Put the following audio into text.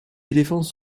éléphants